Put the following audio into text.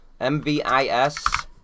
MVIS